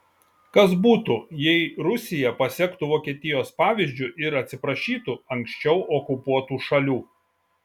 kas būtų jei rusija pasektų vokietijos pavyzdžiu ir atsiprašytų anksčiau okupuotų šalių